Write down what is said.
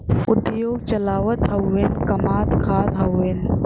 उद्योग चलावत हउवन कमात खात हउवन